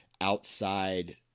outside